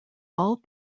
all